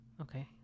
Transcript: Okay